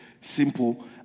simple